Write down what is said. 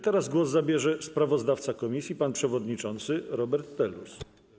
Teraz głos zabierze sprawozdawca komisji pan przewodniczący Robert Telus.